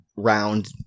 Round